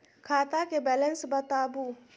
खाता के बैलेंस बताबू?